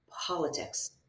politics